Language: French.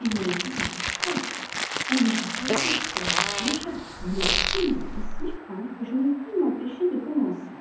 il y a aussi du potage on n'aurait pas dû me servir déjà mais le fumet est si fin que je ne puis m'empêcher de commencer